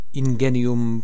ingenium